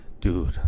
Dude